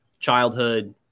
Childhood